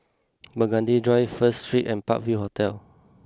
Burgundy Drive First Street and Park View Hotel